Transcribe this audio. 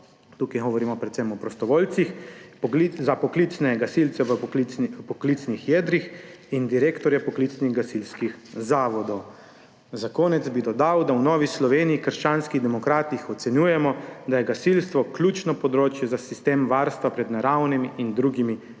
tukaj govorimo predvsem o prostovoljcih, za poklicne gasilce v poklicnih jedrih in direktorje poklicnih gasilskih zavodov. Za konec bi dodal, da v Novi Sloveniji – krščanskih demokratih ocenjujemo, da je gasilstvo ključno področje za sistem varstva pred naravnimi in drugimi